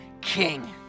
King